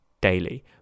daily